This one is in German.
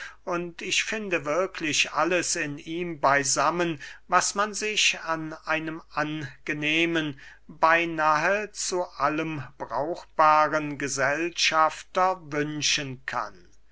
ich finde wirklich alles in ihm beysammen was man sich an einem angenehmen beynahe zu allem brauchbaren gesellschafter wünschen kann